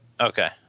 okay